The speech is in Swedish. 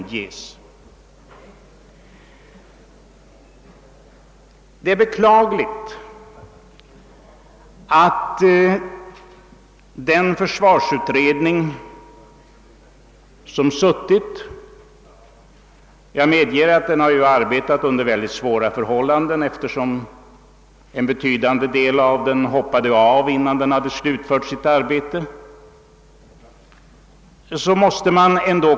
Det är beklagligt att man måste konstatera att försvarsutredningen — utan att någon enskild ledamot av denna utredning skall känna sig fördömd — suttit fast i ett militärt vanetänkande.